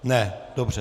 Ne, dobře.